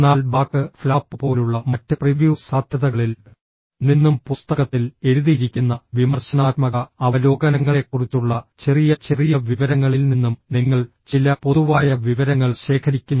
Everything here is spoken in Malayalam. എന്നാൽ ബാക്ക് ഫ്ലാപ്പ് പോലുള്ള മറ്റ് പ്രിവ്യൂ സാധ്യതകളിൽ നിന്നും പുസ്തകത്തിൽ എഴുതിയിരിക്കുന്ന വിമർശനാത്മക അവലോകനങ്ങളെക്കുറിച്ചുള്ള ചെറിയ ചെറിയ വിവരങ്ങളിൽ നിന്നും നിങ്ങൾ ചില പൊതുവായ വിവരങ്ങൾ ശേഖരിക്കുന്നു